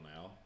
now